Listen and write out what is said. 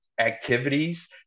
activities